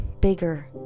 bigger